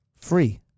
free